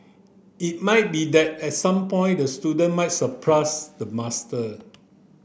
it might be that at some point the student might surpass the master